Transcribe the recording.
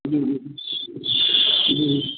جی جی جی